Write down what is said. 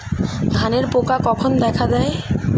ধানের পোকা কখন দেখা দেয়?